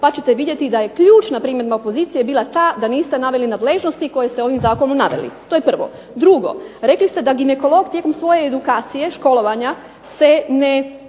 pa ćete vidjeti da je ključna primjedba opozicije bila ta da niste naveli nadležnosti koje ste ovim zakonom naveli. To je prvo. Drugo, rekli ste da ginekolog tijekom svoje edukacije školovanja se ne,